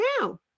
now